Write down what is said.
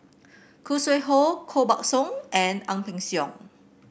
Khoo Sui Hoe Koh Buck Song and Ang Peng Siong